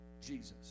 Jesus